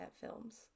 Films